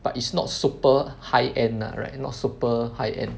but it's not super high end lah right not super high end